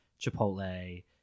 Chipotle